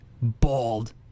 Bald